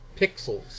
Pixels